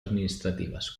administratives